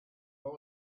were